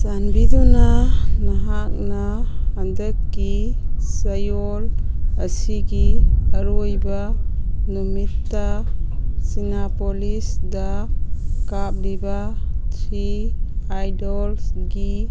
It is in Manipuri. ꯆꯥꯟꯕꯤꯗꯨꯅ ꯅꯍꯥꯛꯅ ꯍꯟꯗꯛꯀꯤ ꯆꯌꯣꯜ ꯑꯁꯤꯒꯤ ꯑꯔꯣꯏꯕ ꯅꯨꯃꯤꯠꯇ ꯁꯤꯅꯥ ꯄꯣꯂꯤꯁꯗ ꯀꯥꯞꯂꯤꯕ ꯊ꯭ꯔꯤ ꯑꯥꯏꯗꯣꯜꯁꯒꯤ